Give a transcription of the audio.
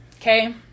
okay